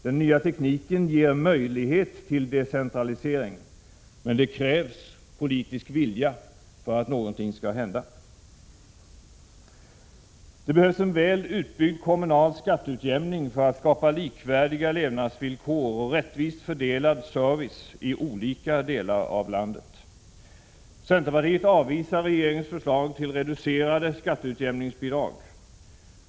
Den nya tekniken ger möjlighet till decentralisering, men det krävs politisk vilja för att någonting skall hända. Det behövs en väl utbyggd kommunal skatteutjämning för att skapa likvärdiga levnadsvillkor och rättvist fördelad service i olika delar av landet. Centerpartiet avvisar regeringens förlag till reducerade skatteutjämningsbidrag.